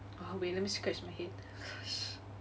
uh wait let me scratch my head gosh